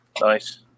Nice